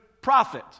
prophet